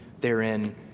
therein